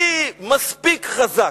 אני מספיק חזק.